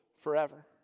forever